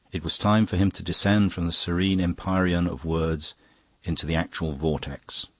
it was time for him to descend from the serene empyrean of words into the actual vortex.